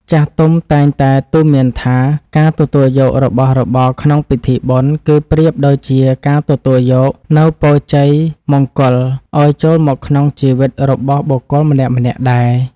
ចាស់ទុំតែងតែទូន្មានថា ការទទួលយករបស់របរក្នុងពិធីបុណ្យ គឺប្រៀបដូចជាការទទួលយកនូវពរជ័យជ័យមង្គលឱ្យចូលមកក្នុងជីវិតរបស់បុគ្គលម្នាក់ៗដែរ។